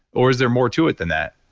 or is there more to it than that?